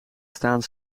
staan